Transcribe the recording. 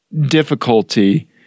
difficulty